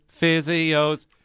physios